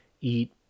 eat